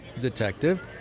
detective